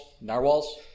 narwhals